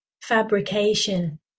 fabrication